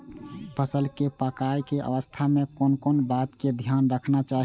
फसल के पाकैय के अवस्था में कोन कोन बात के ध्यान रखना चाही?